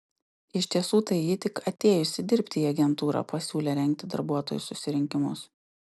iš tiesų tai ji tik atėjusi dirbti į agentūrą pasiūlė rengti darbuotojų susirinkimus